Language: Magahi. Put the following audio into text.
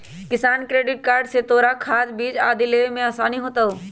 किसान क्रेडिट कार्ड से तोरा खाद, बीज आदि लेवे में आसानी होतउ